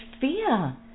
fear